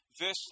Verse